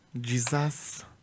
Jesus